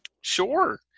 Sure